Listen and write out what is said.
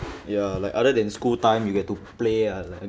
ya like other than school time you get to play ah like